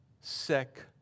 sick